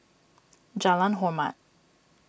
Jalan Hormat